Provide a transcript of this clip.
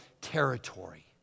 territory